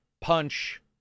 punch